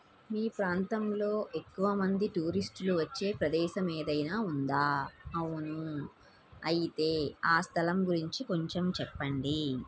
మీ ప్రాంతంలో ఎక్కువ మంది టూరిస్టులు వచ్చే ప్రదేశం ఏదైనా ఉందా అవును అయితే ఆ స్థలం గురించి కొంచెం చెప్పండి